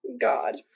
God